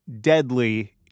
deadly